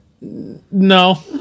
no